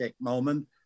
moment